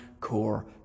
core